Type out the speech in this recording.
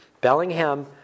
Bellingham